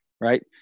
right